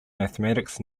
mathematics